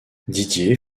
didier